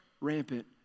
rampant